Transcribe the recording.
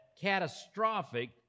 catastrophic